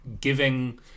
giving